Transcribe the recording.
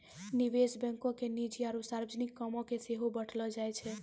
निवेश बैंको के निजी आरु सार्वजनिक कामो के सेहो बांटलो जाय छै